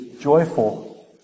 joyful